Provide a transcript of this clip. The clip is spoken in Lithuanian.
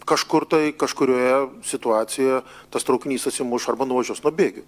kažkur tai kažkurioje situacijoje tas traukinys atsimuš arba nuvažiuos nuo bėgių